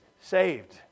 saved